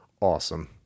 awesome